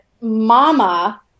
mama